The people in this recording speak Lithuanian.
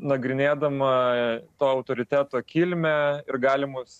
nagrinėdama to autoriteto kilmę ir galimus